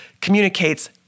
communicates